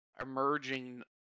emerging